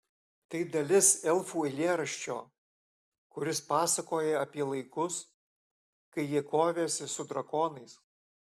tai dalis elfų eilėraščio kuris pasakoja apie laikus kai jie kovėsi su drakonais